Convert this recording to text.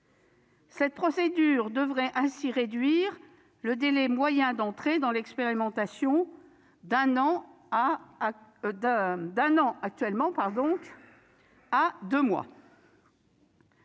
Cette procédure devrait ainsi réduire le délai moyen d'entrée dans l'expérimentation, actuellement d'un an,